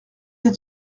être